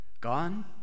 Gone